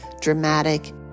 dramatic